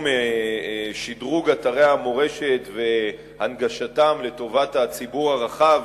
משדרוג אתרי המורשת והנגשתם לטובת הציבור הרחב,